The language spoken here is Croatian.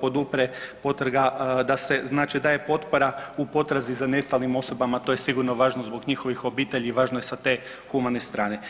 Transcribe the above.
podupre potraga, da se znači daje potpora u potrazi za nestalim osobama, to je sigurno važno zbog njihovih obitelji i važno je sa te humane strane.